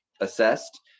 assessed